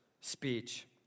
speech